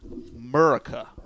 Murica